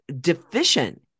deficient